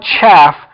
chaff